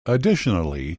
additionally